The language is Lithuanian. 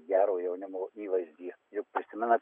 gero jaunimo įvaizdį juk prisimenat